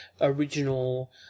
original